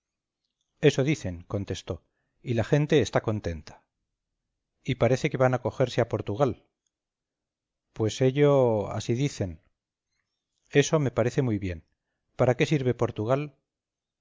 eso dicen contestó y la gente está contenta y parece que van a cogerse a portugal pues ello así dicen eso me parece muy bien para qué sirve portugal